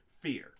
fear